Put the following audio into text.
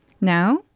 now